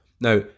Now